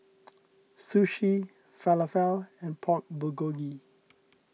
Sushi Falafel and Pork Bulgogi